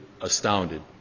astounded